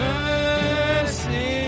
Mercy